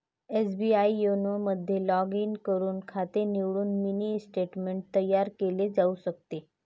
SBI YONO मध्ये log in करून खाते निवडून मिनी स्टेटमेंट तयार केले जाऊ शकते